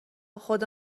خدا